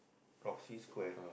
proxy square